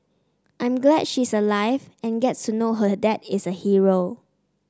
I'm glad she is alive and gets to know her dad is a hero